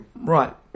right